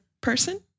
person